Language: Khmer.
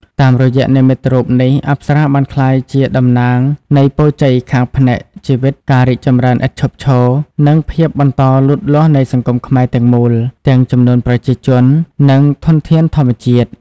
តាមរយៈនិមិត្តរូបនេះ អប្សរាបានក្លាយជាតំណាងនៃពរជ័យខាងផ្នែកជីវិត ការរីកចម្រើនឥតឈប់ឈរ និងភាពបន្តលូតលាស់នៃសង្គមខ្មែរទាំងមូល ទាំងចំនួនប្រជាជន និងធនធានធម្មជាតិ។